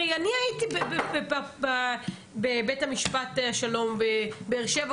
הרי אני הייתי בבית המשפט השלום בבאר שבע,